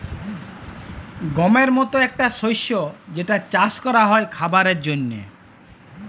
গমের মতি একটা শস্য যেটা চাস ক্যরা হ্যয় খাবারের জন্হে